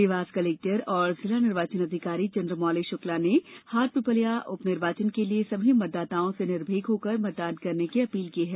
Dewas collector एवं जिला निर्वाचन अधिकारी चन्द्रमौली शुक्ला ने हाटपिपल्या उपनिर्वाचन के लिए सभी मतदाताओं से निर्भीक होकर मतदान की अपील की है